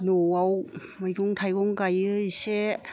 न'आव मैगं थाइगं गायो एसे